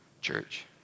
Church